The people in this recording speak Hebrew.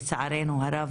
לצערנו הרב,